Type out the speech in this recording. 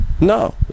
No